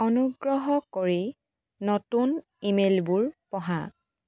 অনুগ্ৰহ কৰি নতুন ইমেইলবোৰ পঢ়া